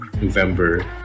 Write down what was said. November